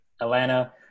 atlanta